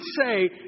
say